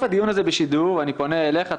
הדיון הזה בשידור אני פונה אליכם,